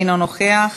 אינו נוכח,